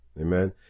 Amen